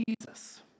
Jesus